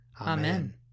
Amen